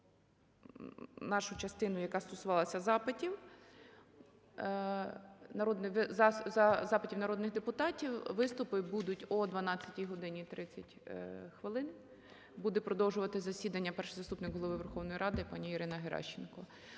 нашу частину, яка стосувалася запитів, запитів народних депутатів, виступи будуть о 12 годині 30 хвилин. Буде продовжувати засідання Перший заступник Голови Верховної Ради пані Ірина Геращенко.